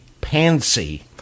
pansy